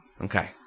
okay